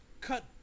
cut